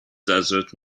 desert